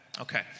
okay